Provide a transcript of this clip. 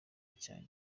icyaha